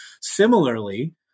Similarly